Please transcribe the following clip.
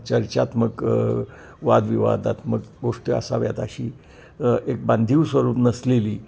चर्चात्मक वादविवादात्मक गोष्टी असाव्यात अशी एक बांधीव स्वरूप नसलेली